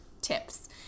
tips